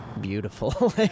beautiful